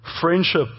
Friendship